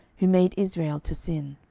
who made israel to sin.